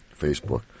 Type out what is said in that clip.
Facebook